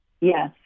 Yes